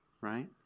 right